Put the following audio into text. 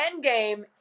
Endgame